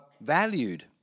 valued